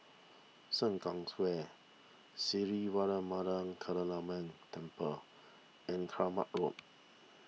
Sengkang Square Sri Temple and Kramat Road